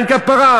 אין כפרה?